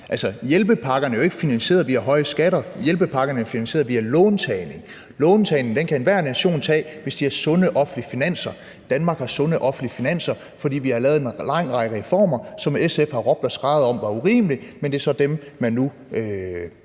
hjælpepakkerne er jo ikke finansieret via høje skatter, hjælpepakkerne er finansieret via låntagning. Lån kan enhver nation tage, hvis de har sunde offentlige finanser. Danmark har sunde offentlige finanser, fordi vi har lavet en lang række reformer, som SF har råbt og skreget om var urimelige, men det er så dem, man nu